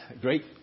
great